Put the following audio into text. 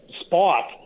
spot